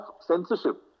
censorship